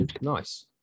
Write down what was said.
nice